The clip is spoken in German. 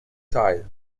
teil